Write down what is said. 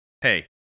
hey